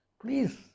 Please